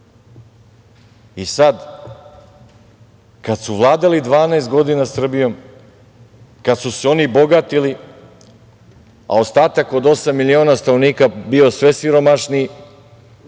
sad kada su vladali 12 godina Srbijom, kad su se oni bogatili, a ostatak od osam miliona stanovnika bio sve siromašniji,